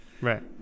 Right